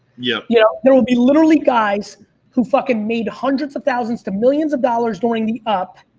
yeah you know there will be literally guys who fucking made hundreds of thousands to millions of dollars during the up.